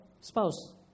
spouse